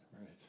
Right